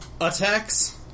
attacks